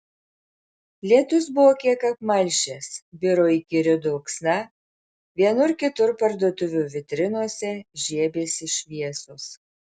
lietus buvo kiek apmalšęs biro įkyri dulksna vienur kitur parduotuvių vitrinose žiebėsi šviesos